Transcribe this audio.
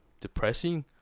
depressing